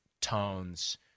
tones